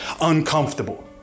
uncomfortable